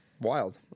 wild